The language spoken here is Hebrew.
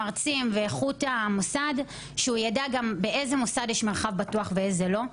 מרצים ואיכות המוסד באיזה מוסד יש מרחב בטוח ובאיזה לא.